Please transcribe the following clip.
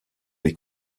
les